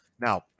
Now